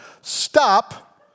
Stop